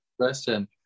question